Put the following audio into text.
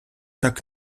так